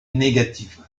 négative